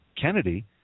Kennedy